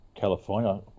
California